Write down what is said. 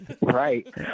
Right